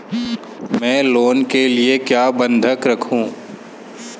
मैं लोन के लिए क्या बंधक रखूं?